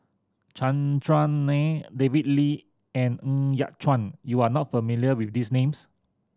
Chandran Nair David Lee and Ng Yat Chuan you are not familiar with these names